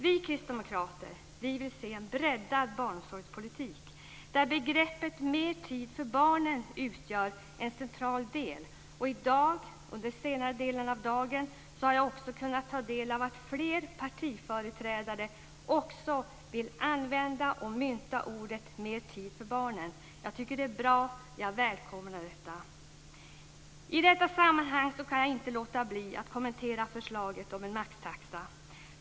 Vi kristdemokrater vill se en breddad barnomsorgspolitik där begreppet mer tid för barnen utgör en central del. I dag, under senare delen av dagen, har jag kunnat ta del av att flera partiföreträdare också vill använda och mynta orden mer tid för barnen. Jag tycker att det är bra. Jag välkomnar detta. I detta sammanhang kan jag inte låta bli att kommentera förslaget om en maxtaxa.